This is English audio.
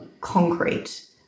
concrete